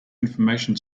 information